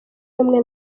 rumwe